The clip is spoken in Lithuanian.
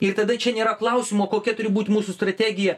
ir tada čia nėra klausimo kokia turi būt mūsų strategija